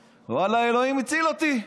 ואללה, אלוהים הציל אותי.